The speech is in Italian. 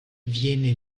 viene